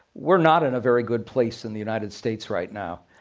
we're not in a very good place in the united states right now.